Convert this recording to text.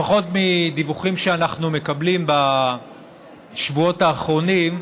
לפחות מדיווחים שאנחנו מקבלים בשבועות האחרונים,